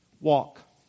walk